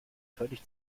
völlig